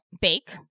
bake